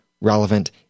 relevant